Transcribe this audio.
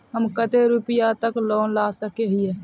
हम कते रुपया तक लोन ला सके हिये?